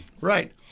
Right